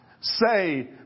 say